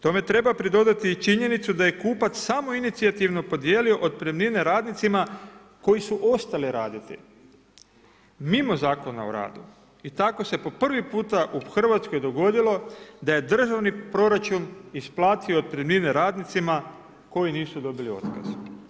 Tome treba pridonijeti činjenicu da je kupac samoinicijativno podijelio otpremnine radnicima koji su ostali raditi, mimo Zakona o radu i tako se po prvi puta u Hrvatskoj dogodilo da je državni proračun isplati otpremnine radnicima koji nisu dobili otkaz.